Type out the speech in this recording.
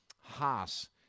Haas